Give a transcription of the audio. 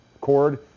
cord